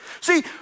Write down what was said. See